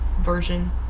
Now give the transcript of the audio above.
version